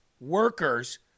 workers